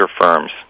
firms